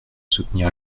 soutenir